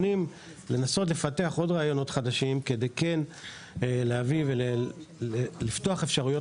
לנסות לפתח עוד רעיונות חדשים כדי כן לפתוח אפשרויות